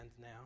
now